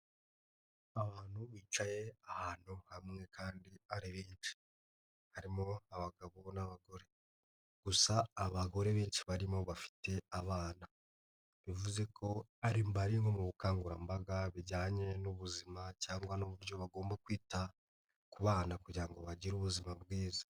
Abantu bicaye ahantu hamwe kandi ari benshi. Harimo abagabo n'abagore. Gusa abagore benshi barimo bafite abana. Bivuze ko bari nko mu bukangurambaga bijyanye n'ubuzima cyangwa n'uburyo bagomba kwita ku bana kugira ngo bagire ubuzima bwiza.